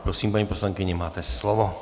Prosím, paní poslankyně, máte slovo.